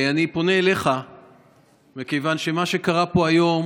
אני פונה אליך מכיוון שמה שקרה פה היום